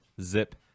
zip